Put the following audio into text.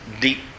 deep